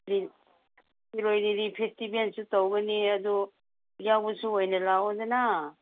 ꯁꯤꯔꯣꯏ lily ꯐꯦꯁꯇꯤꯕꯦꯜꯁꯨ ꯇꯧꯒꯅꯤ ꯑꯗꯨ ꯌꯥꯎꯕꯁꯨ ꯑꯣꯏꯅ ꯂꯥꯛꯑꯣꯗꯅ